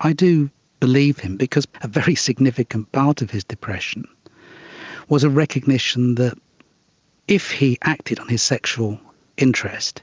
i do believe him because a very significant part of his depression was a recognition that if he acted on his sexual interest,